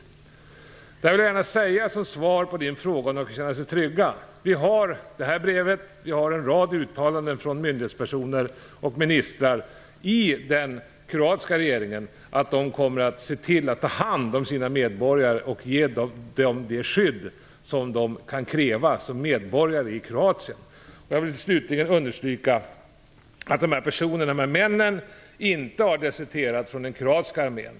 Det här vill jag gärna säga som svar på Ingrid Näslunds fråga om dessa personer kan känna sig trygga. Vi har det här brevet. Vi har en rad uttalanden från myndighetspersoner och ministrar i den kroatiska regeringen om att de kommer att se till att ta hand om sina medborgare och ge dem det skydd som de kan kräva som medborgare i Kroatien. Jag vill slutligen understryka att dessa personer, dessa män, inte har deserterat från den kroatiska armén.